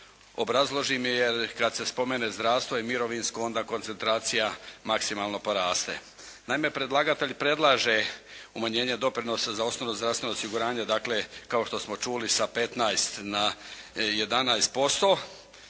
obrazložim, jer kad se spomene zdravstvo i mirovinsko onda koncentracija maksimalno poraste. Naime, predlaže umanjenje doprinosa za osnovno zdravstveno osiguranje. Dakle, kao što smo čuli sa 15 na 11%.